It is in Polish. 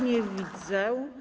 Nie widzę.